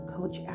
Coach